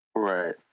Right